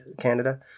Canada